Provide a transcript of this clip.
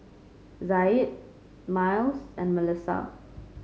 Zaid Myles and Melisa